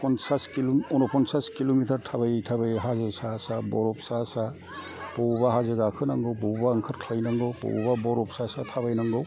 अन' फनसास किल'मिटार थाबायै थाबायै हाजो सा सा बरफ सा सा बबावबा हाजो गाखोनांगौ बबावबा ओंखारख्लायनांगौ बबावबा बरफ सा सा थाबायनांगौ